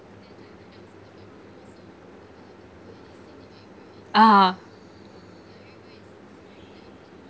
ah